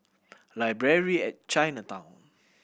Library at Chinatown